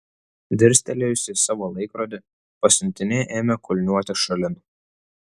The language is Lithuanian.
dirstelėjusi į savo laikrodį pasiuntinė ėmė kulniuoti šalin